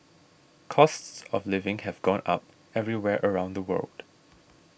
costs of living have gone up everywhere around the world